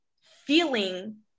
feeling